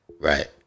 right